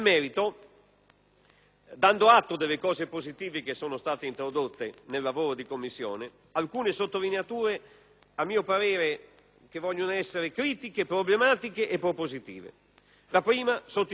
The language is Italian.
dando atto delle cose positive che sono state introdotte nel lavoro di Commissione, mi soffermo su alcune sottolineature che vogliono essere critiche, problematiche e propositive. La prima, sotto il profilo fiscale.